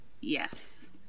yes